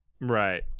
right